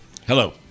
hello